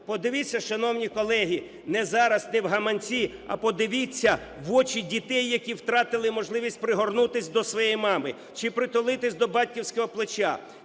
Подивіться, шановні колеги, не зараз, не в гаманці, а подивіться в очі дітей, які втратили можливість пригорнутись до своєї мами чи притулитись до батьківського плеча,